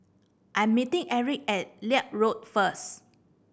I'm meeting Erick at Leith Road first